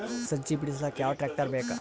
ಸಜ್ಜಿ ಬಿಡಿಸಿಲಕ ಯಾವ ಟ್ರಾಕ್ಟರ್ ಬೇಕ?